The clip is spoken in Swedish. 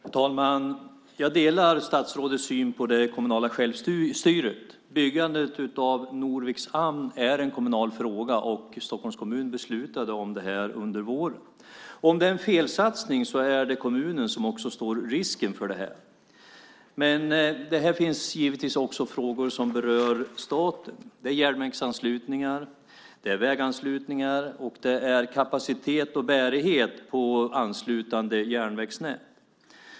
Fru talman! Jag delar statsrådets syn på det kommunala självstyret. Byggandet av Norviks hamn är en kommunal fråga, och Stockholms kommun beslutade om detta under våren. Om det är en felsatsning är det kommunen som också står för risken. Men det finns givetvis också frågor som berör staten när det gäller detta. Det handlar om järnvägsanslutningar, om väganslutningar och om kapacitet och bärighet på anslutande järnvägsnät.